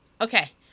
Okay